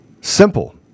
Simple